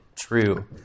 true